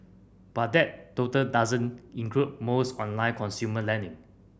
but that total doesn't include most online consumer lending